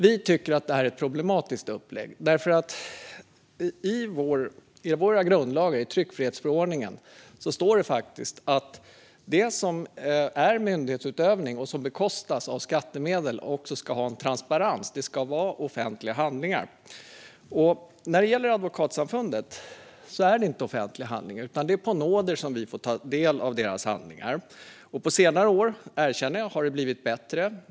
Vi tycker att det är ett problematiskt upplägg. I vår grundlag, i tryckfrihetsförordningen, står det faktiskt att det som är myndighetsutövning och som bekostas av skattemedel ska ha transparens. Det ska vara offentliga handlingar. När det gäller Advokatsamfundet är det inte offentliga handlingar. Det är på nåder som vi får ta del av deras handlingar. Jag erkänner att det på senare år har blivit bättre.